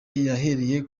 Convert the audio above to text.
yahereye